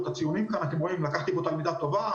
את הציונים כאן, אתם רואים, לקחתי מתלמידה טובה.